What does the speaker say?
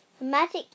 magic